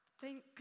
Thank